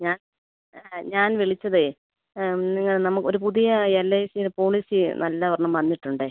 ഞാൻ ആ ഞാൻ വിളിച്ചതേ നിങ്ങൾ നമ്മൾ ഒരു പുതിയ എൽ ഐ സി പോളിസി നല്ല ഒരെണ്ണം വന്നിട്ടുണ്ടേ